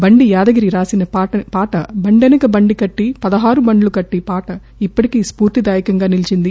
బండి యాదగిరి రాసి పాడిన బండెనక బంది కట్టి పదహారు బంద్లు కట్టి పాట ఇప్పటికీ స్ఫూర్తి దాయకంగా నిలిచింది